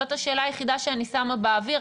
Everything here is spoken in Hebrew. זאת השאלה היחידה שאני שמה באוויר,